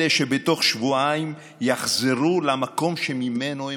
אלה שבתוך שבועיים יחזרו למקום שממנו הם